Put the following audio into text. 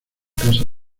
casa